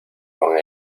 con